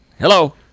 Hello